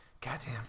Goddamn